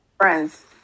Friends